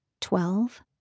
Twelve